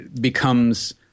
becomes –